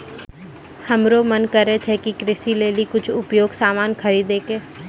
हमरो मोन करै छै कि कृषि लेली कुछ उपयोगी सामान खरीदै कै